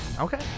Okay